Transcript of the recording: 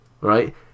right